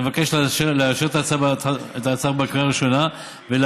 אני מבקש לאשר את הצעת החוק בקריאה ראשונה ולהעבירה